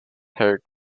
her